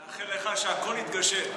מאחל לך שהכול יתגשם.